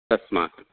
तस्मात्